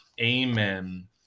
Amen